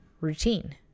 routine